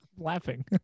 laughing